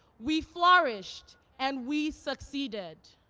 we flourished, and we succeeded.